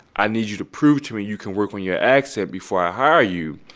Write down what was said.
i need you to prove to me you can work on your accent before i hire you.